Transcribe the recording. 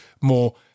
more